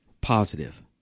positive